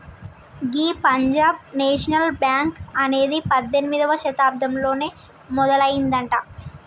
గీ Punjab National Bank అనేది పద్దెనిమిదవ శతాబ్దంలోనే మొదలయ్యిందట